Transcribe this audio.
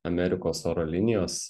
amerikos oro linijos